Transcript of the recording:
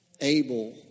able